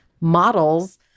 models